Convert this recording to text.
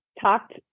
talked